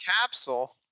capsule